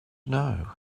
know